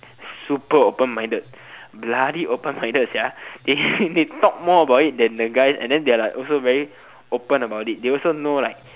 super open-minded bloody open-minded they talk more about it then the guys and then they are like also very open about it they also know like